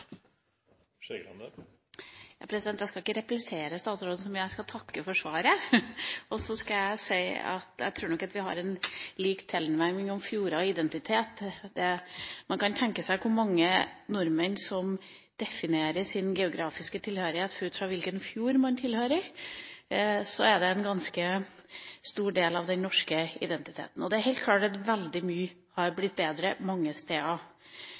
Jeg vil takke statsråden for svaret. Så vil jeg si at jeg tror nok at vi har en lik tilnærming til fjorder og identitet. Man kan tenke seg hvor mange nordmenn det er som definerer sin geografiske tilhørighet ut fra hvilken fjord man tilhører, så det er en ganske stor del av den norske identiteten. Og det er helt klart at veldig mye har blitt bedre mange steder.